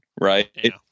right